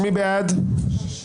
לבקשת חבר הכנסת נאור שירי,